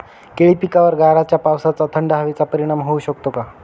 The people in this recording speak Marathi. केळी पिकावर गाराच्या पावसाचा, थंड हवेचा परिणाम होऊ शकतो का?